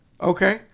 Okay